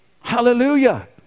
Hallelujah